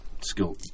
skill